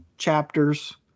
Chapters